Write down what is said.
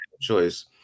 choice